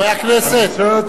הצה"לי,